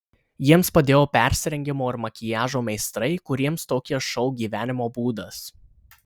jiems padėjo persirengimo ir makiažo meistrai kuriems tokie šou gyvenimo būdas